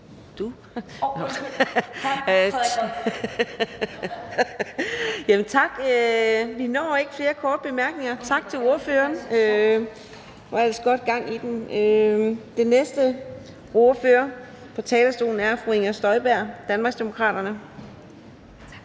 Tak. Vi når ikke flere korte bemærkninger, så tak til ordføreren. Der var ellers godt gang i den. Den næste ordfører på talerstolen er fru Inger Støjberg, Danmarksdemokraterne.